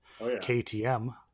KTM